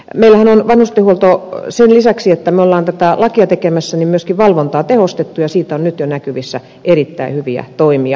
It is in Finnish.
meillähän on vanhustenhuollossa sen lisäksi että me olemme tätä lakia tekemässä myöskin valvontaa tehostettu ja siitä on nyt jo näkyvissä erittäin hyviä toimia